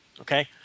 Okay